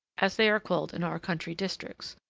as they are called in our country districts,